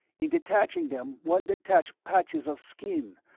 in detaching them one detached patches of skin,